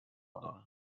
دارم